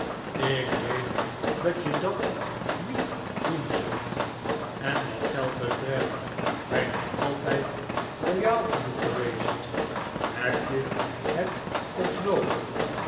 ik weet dat je dat niet doen zult en wat geld betreft ben je aitijd royaal genoeg geweest heb je het ook noodig